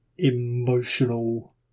emotional